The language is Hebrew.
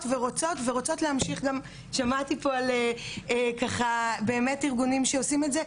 ורוצות להמשיך גם שמעתי פה על ככה באמת ארגונים שעושים את זה,